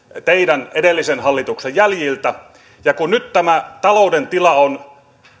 teidän edellisen hallituksen jäljiltä kun nyt tämä talouden tila on